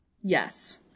Yes